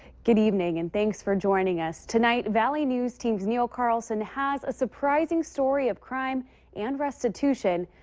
good evening. and thanks for joining us. tonight, valley news teams neil carlson has a surprising story of crime and restitution,